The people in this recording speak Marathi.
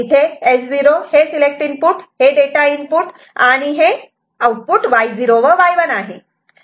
इथे S0 हे सिलेक्ट इनपुट हे डेटा इनपुट आणि हे आउटपुट Y0 व Y1 आहे